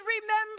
remember